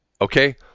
okay